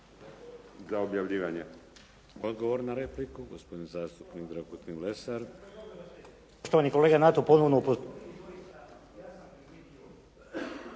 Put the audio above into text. za objavljivanje.